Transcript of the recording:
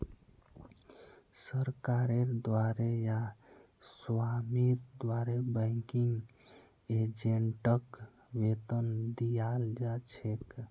सरकारेर द्वारे या स्वामीर द्वारे बैंकिंग एजेंटक वेतन दियाल जा छेक